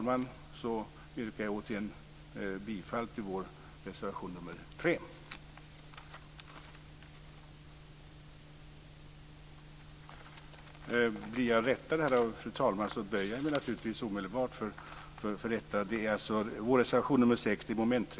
Med detta yrkar jag återigen bifall till vår reservation 6 under mom. 3.